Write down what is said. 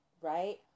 right